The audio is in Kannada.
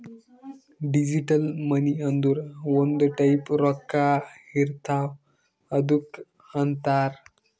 ಡಿಜಿಟಲ್ ಮನಿ ಅಂದುರ್ ಒಂದ್ ಟೈಪ್ ರೊಕ್ಕಾ ಇರ್ತಾವ್ ಅದ್ದುಕ್ ಅಂತಾರ್